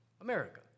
America